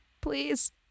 Please